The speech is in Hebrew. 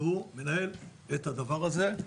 שהוא מנהל את הדבר הזה,